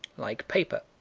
like paper.